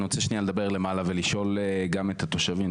אני רוצה שניה לדבר למעלה ולשאול גם את התושבים,